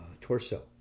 torso